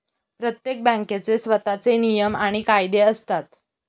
प्रत्येक बँकेचे स्वतःचे नियम आणि कायदे असतात